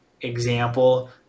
example